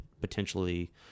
potentially